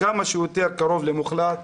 כמה שיותר קרוב למוחלט?